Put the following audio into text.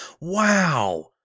Wow